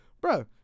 Bro